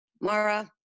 Mara